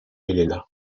elena